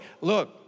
look